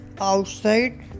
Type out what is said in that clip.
outside